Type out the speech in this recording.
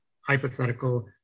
hypothetical